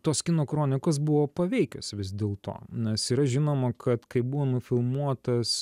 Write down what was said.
tos kino kronikos buvo paveikios vis dėlto nes yra žinoma kad kai buvo nufilmuotas